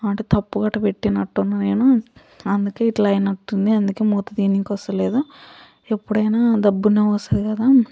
అంటే తప్పుగా అట్టా పెట్టినట్టున్నానేను అందుకే ఇలా అయినట్టుంది అందుకే మూత తీయనీకి వస్తలేదు ఎప్పుడయినా దబ్బున్న వస్తుంది కదా